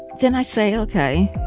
then i say, ok,